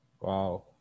wow